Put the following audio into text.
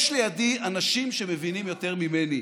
יש לידי אנשים שמבינים יותר ממני.